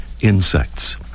insects